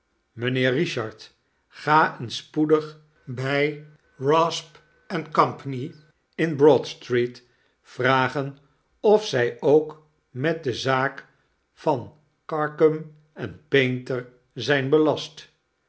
mijnheer richard ga eens spoedig bij wrasp en comp in broadstreet vragen of zy ook met de zaak van carkem en painter zijn belast